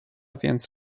więc